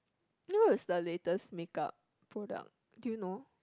eh what is the latest makeup product do you know